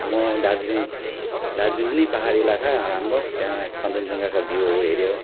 हाम्रो दार्जिलिङ दार्जिलिङमै पाहाड इलाका राम्रो त्यहाँ कञ्चनजङ्गाको भ्यूहरू हेऱ्यौँ